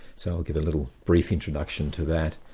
so i'll give a little brief introduction to that.